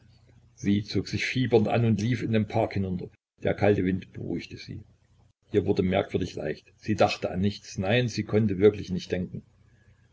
sie zog sich fiebernd an und lief in den park hinunter der kalte wind beruhigte sie ihr wurde merkwürdig leicht sie dachte an nichts nein sie konnte wirklich nicht denken